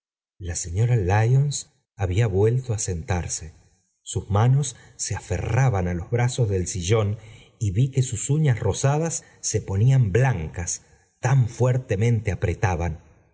la señora lyons lmbín vuelto a sentarse sus manos se aferraban á los brazos lel sillón y vi que sus uñas rosadas un ponían blancas tan fuertemente apretaban